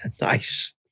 Nice